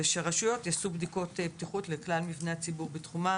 וכי הרשויות יעשו בדיקות בטיחות לכלל מבני הציבור בתחומן